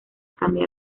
cambiar